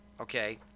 Okay